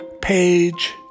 page